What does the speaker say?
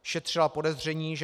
Šetřila podezření, že